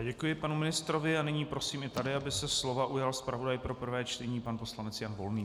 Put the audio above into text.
Děkuji panu ministrovi a prosím i tady, aby se slova ujal zpravodaj pro prvé čtení pan poslanec Jan Volný.